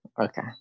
okay